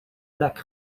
lek